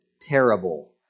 terrible